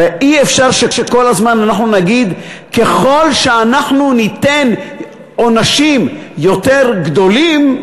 הרי אי-אפשר שכל הזמן אנחנו נגיד: ככל שאנחנו ניתן עונשים יותר גדולים,